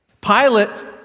Pilate